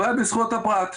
אבל בזכויות הפרט,